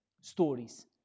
stories